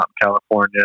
California